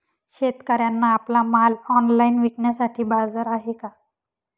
शेतकऱ्यांना आपला माल ऑनलाइन विकण्यासाठी बाजार आहे का?